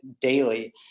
daily